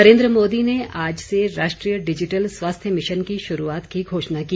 नरेन्द्र मोदी ने आज से राष्ट्रीय डिजिटल स्वास्थ्य मिशन की शुरूआत की घोषणा की